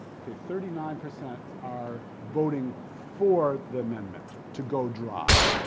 okay, thirty nine percent are voting for the amendment, to go dry,